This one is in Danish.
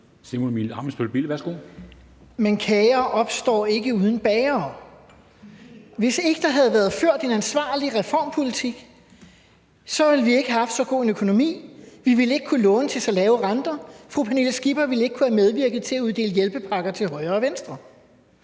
Men kager opstår ikke uden bagere. Hvis ikke der havde været ført en ansvarlig reformpolitik, ville vi ikke have haft så god en økonomi. Vi ville ikke kunne låne til så lave renter. Fru Pernille Skipper ville ikke kunne have medvirket til at uddele hjælpepakker til højre og venstre.